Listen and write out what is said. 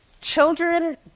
children